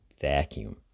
vacuum